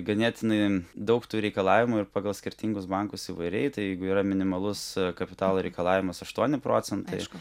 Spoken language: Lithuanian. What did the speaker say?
ganėtinai daug tų reikalavimų ir pagal skirtingus bankus įvairiai tai jeigu yra minimalus kapitalo reikalavimas aštuoni procentai aišku